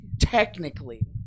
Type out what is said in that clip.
technically